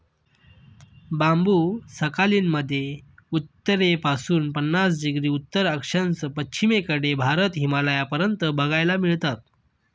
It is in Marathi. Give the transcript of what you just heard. बांबु सखालीन मध्ये उत्तरेपासून पन्नास डिग्री उत्तर अक्षांश, पश्चिमेकडून भारत, हिमालयापर्यंत बघायला मिळतात